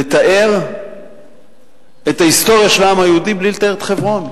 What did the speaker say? לתאר את ההיסטוריה של העם היהודי בלי לתאר את חברון.